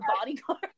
bodyguard